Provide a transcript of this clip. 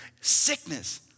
sickness